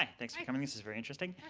thanks for coming. this is very interesting.